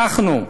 אנחנו,